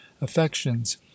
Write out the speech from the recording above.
affections